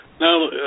Now